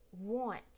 want